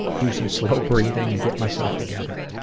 do some slow breathing, and get myself together.